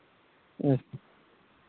ᱦᱮᱸ